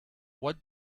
what